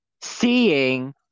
seeing